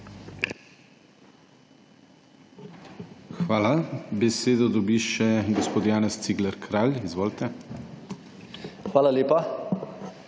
Hvala. Besedo dobi še gospod Janez Cigler Kralj. Izvolite. **JANEZ